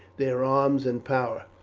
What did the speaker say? their arms and power.